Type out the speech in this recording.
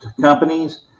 companies